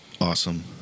Awesome